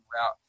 route